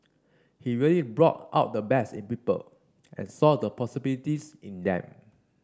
he really brought out the best in people and saw the possibilities in them